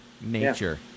nature